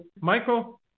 Michael